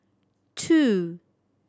two